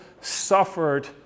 suffered